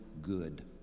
good